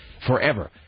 forever